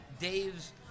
Dave's